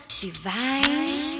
divine